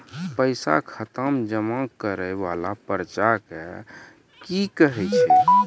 पैसा खाता मे जमा करैय वाला पर्ची के की कहेय छै?